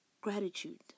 gratitude